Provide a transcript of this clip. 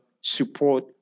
support